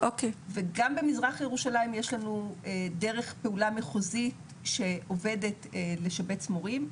וגם במזרח ירושלים יש לנו דרך פעולה מחוזית שעובדת לשבץ מורים,